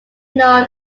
known